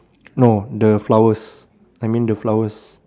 no the flowers I mean the flowers